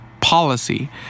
policy